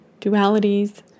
dualities